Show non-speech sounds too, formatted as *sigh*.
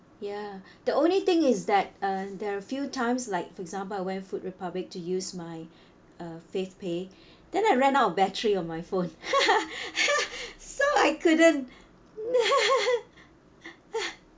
ya the only thing is that uh there are a few times like for example I went food republic to use my uh favepay then I ran out of battery on my phone *laughs* *breath* so I couldn't *laughs* *breath*